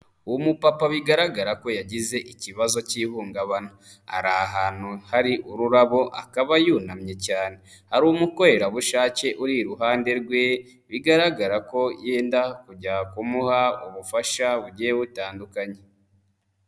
Umupapa bigaragara ko yagize ikibazo cy'ihungabana, ari ahantu hari ururabo akaba yunamye cyane. Hari umukorerabushake uri iruhande rwe, bigaragara ko yenda kujya kumuha ubufasha bugiye butandukanye.